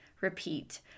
repeat